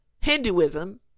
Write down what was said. Hinduism